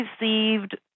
received